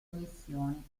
missioni